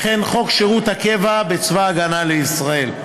וכן חוק שירות הקבע בצבא ההגנה לישראל.